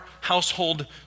household